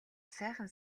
сайхан